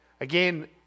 Again